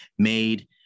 made